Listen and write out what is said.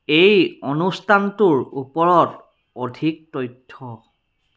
এই অনুষ্ঠানটোৰ ওপৰত অধিক তথ্য